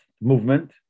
movement